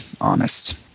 Honest